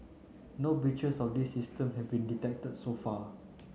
no breaches of these systems have been detected so far